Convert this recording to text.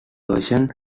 version